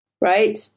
right